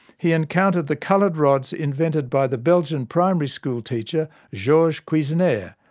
he encountered the coloured rods invented by the belgian primary school teacher georges cuisenaire,